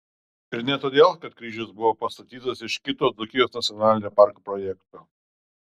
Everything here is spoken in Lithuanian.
ir ne todėl kad kryžius buvo pastatytas iš kito dzūkijos nacionalinio parko projekto